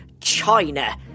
China